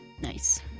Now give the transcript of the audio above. Nice